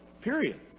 Period